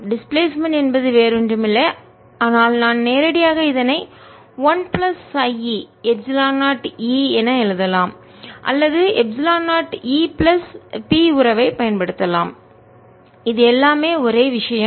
displacement இடப்பெயர்ச்சி என்பது வேறு ஒன்றும் இல்லை ஆனால் நான் நேரடியாக இதனை 1 பிளஸ் χ e எப்சிலன் 0 E என எழுதலாம் அல்லது எப்சிலன் 0E பிளஸ் P உறவைப் பயன்படுத்தலாம் இது எல்லாமே ஒரே விஷயம்